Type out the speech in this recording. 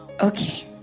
Okay